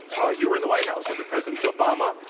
ah you were in the white house under president obama.